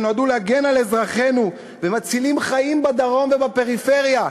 שנועדו להגן על אזרחינו והם מצילים חיים בדרום ובפריפריה.